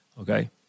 Okay